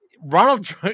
Ronald